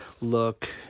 look